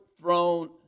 throne